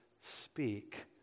speak